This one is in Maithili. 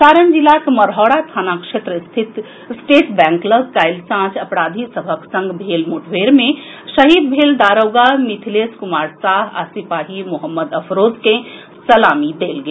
सारण जिलाक मढ़ौरा थाना क्षेत्र स्थित स्टेट बैंक लऽग काल्हि सांझ अपराधी सभक संग भेल मुठभेड़ मे शहीद भेल दारोगा मिथिलेश कुमार साह आ सिपाही मोहम्मद अफरोज के सलामी देल गेल